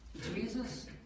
Jesus